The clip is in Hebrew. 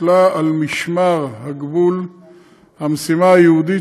הוטלה על משמר הגבול המשימה הייעודית